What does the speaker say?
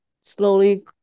slowly